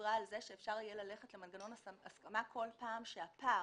דיברה על כך שאפשר יהיה ללכת למנגנון הסכמה בכל פעם שהפער